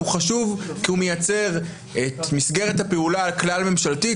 הוא חשוב כי הוא מייצר את מסגרת הפעולה הכלל-ממשלתית